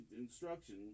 instruction